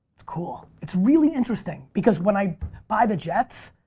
it's cool, it's really interesting, because when i buy the jets,